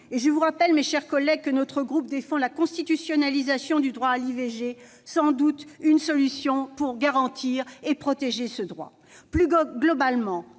Je vous rappelle, mes chers collègues, que notre groupe défend la constitutionnalisation du droit à l'IVG qui est sans doute une solution pour garantir et protéger ce droit. Plus globalement,